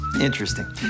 Interesting